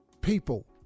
People